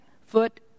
Foot